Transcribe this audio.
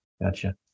Gotcha